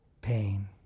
pain